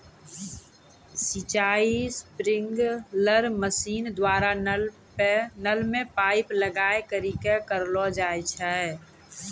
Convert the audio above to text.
सिंचाई sprinkler machine द्वारा नल मे पाइप लगाय करि क करलो जाय छै